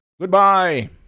Goodbye